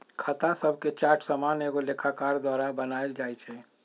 खता शभके चार्ट सामान्य एगो लेखाकार द्वारा बनायल जाइ छइ